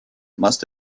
must